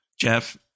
Jeff